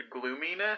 gloominess